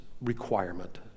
requirement